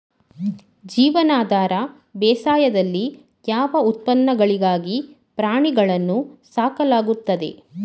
ಜೀವನಾಧಾರ ಬೇಸಾಯದಲ್ಲಿ ಯಾವ ಉತ್ಪನ್ನಗಳಿಗಾಗಿ ಪ್ರಾಣಿಗಳನ್ನು ಸಾಕಲಾಗುತ್ತದೆ?